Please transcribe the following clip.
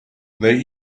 they